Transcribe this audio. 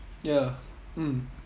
ya mm